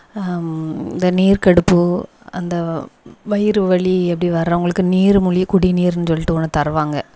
இந்த நீர் கடுப்பு அந்த வயிறு வலி அப்படி வரவங்களுக்கு நீர் மூலிகை குடிநீர்னு சொல்லிட்டு ஒன்று தருவாங்க